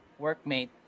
workmate